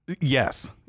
Yes